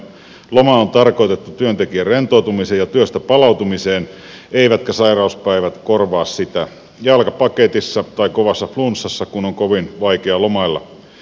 loma on tarkoitettu työntekijän rentoutumiseen ja työstä palautumiseen eivätkä sairauspäivät korvaa sitä jalka paketissa tai kovassa flunssassa kun on kovin vaikea lomailla